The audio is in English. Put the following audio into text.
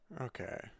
Okay